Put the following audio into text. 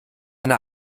eine